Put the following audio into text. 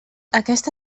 aquesta